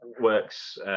works